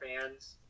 fans